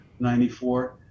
94